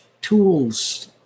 tools